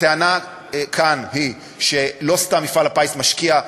הטענה כאן היא שלא סתם מפעל הפיס משקיע.